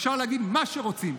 אפשר להגיד מה שרוצים,